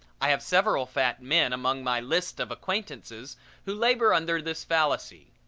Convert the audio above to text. i have several fat men among my lists of acquaintances who labor under this fallacy.